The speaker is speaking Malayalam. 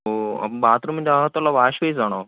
ഓ അപ്പോള് ബാത്ത്റൂമിൻറ്റകത്തുള്ള വാഷ് ബെയിസാണോ